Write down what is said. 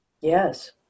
Yes